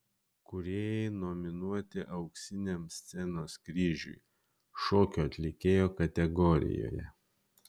kūrėjai nominuoti auksiniam scenos kryžiui šokio atlikėjo kategorijoje